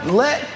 let